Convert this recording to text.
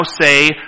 say